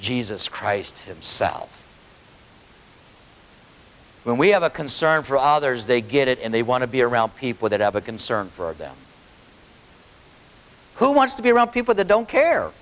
jesus christ himself when we have a concern for others they get it and they want to be around people that have a concern for them who wants to be around people that don't care